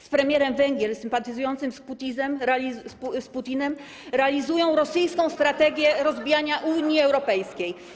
Z premierem Węgier sympatyzującym z Putinem realizują rosyjską strategię rozbijania Unii Europejskiej.